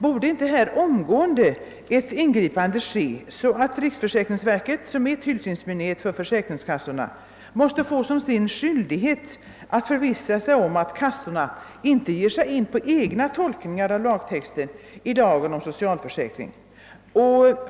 Borde inte här ett ingripande göras omedelbart, så att man på riksförsäkringsverket, som är tillsynsmyndighet över försäkringskassorna, blir skyldig att förvissa sig om att kassorna inte gör några egna tolkningar av lagtexten när det gäller lagen om socialförsäkring?